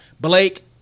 Blake